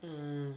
mm